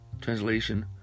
translation